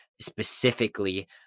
specifically